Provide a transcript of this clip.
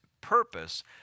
purpose